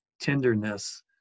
tenderness